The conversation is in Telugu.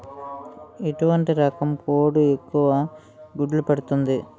ఎటువంటి రకం కోడి ఎక్కువ గుడ్లు పెడుతోంది?